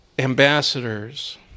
Ambassadors